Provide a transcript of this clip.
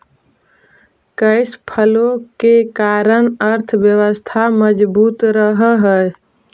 cash flow के कारण अर्थव्यवस्था मजबूत रहऽ हई